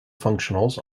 functionals